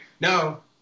no